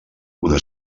una